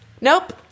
Nope